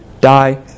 die